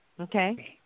Okay